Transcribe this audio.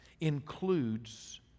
includes